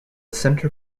centre